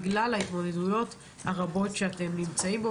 בגלל ההתמודדויות הרבות שאתן מתמודדים איתן.